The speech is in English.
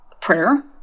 prayer